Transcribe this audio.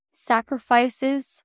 sacrifices